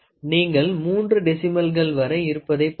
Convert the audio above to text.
நீங்கள் மூன்று டெசிமல்கள் வரை இருப்பதைப் பார்க்கலாம்